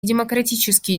демократические